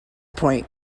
point